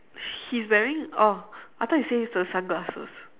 he's wearing oh I thought you say it's the sunglasses